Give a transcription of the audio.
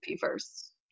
first